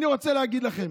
אני רוצה להגיד לכם,